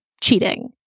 cheating